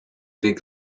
big